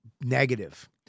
negative